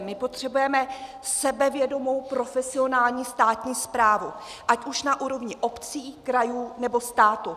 My potřebujeme sebevědomou profesionální státní správu ať už na úrovni obcí, krajů, nebo státu.